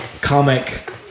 comic